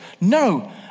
no